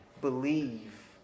believe